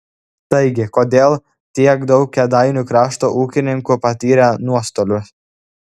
taigi kodėl tiek daug kėdainių krašto ūkininkų patyrė nuostolių